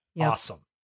awesome